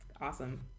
Awesome